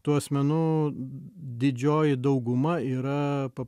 tų asmenų didžioji dauguma yra pa